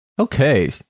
okay